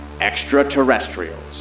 Extraterrestrials